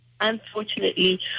unfortunately